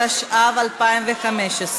התשע"ו 2015,